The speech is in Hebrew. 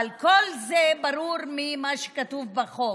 אבל כל זה ברור ממה שכתוב בחוק.